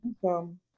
welcome